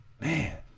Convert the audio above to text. man